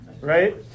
right